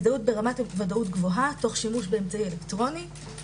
הזדהות ברמת ודאות גבוהה תוך שימוש באמצעי אלקטרוני.